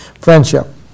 friendship